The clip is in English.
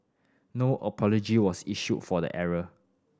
no apology was issued for the error